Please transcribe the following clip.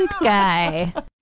guy